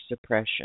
suppression